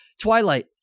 Twilight